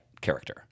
character